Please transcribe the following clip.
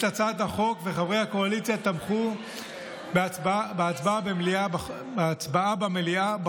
וחברי הקואליציה תמכו בחוק בהצבעה במליאה.